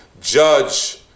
judge